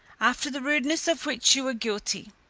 after the rudeness of which we were guilty.